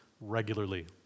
regularly